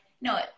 no